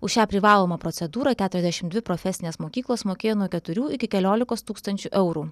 už šią privalomą procedūrą keturiasdešimt dvi profesinės mokyklos mokėjo nuo keturių iki keliolikos tūkstančių eurų